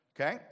okay